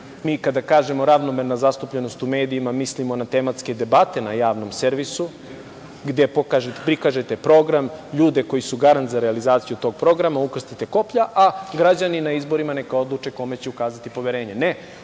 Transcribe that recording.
mi kažemo - ravnomerna zastupljenost u medijima, mislimo na tematske debate na javnom servisu, gde prikažete program, ljude koji su garant za realizaciju tog programa, ukrstite koplja, a građani na izborima neka odluče kome će ukazati poverenje. Ne,